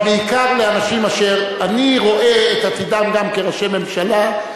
אבל בעיקר לאנשים אשר אני רואה את עתידם גם כראשי ממשלה.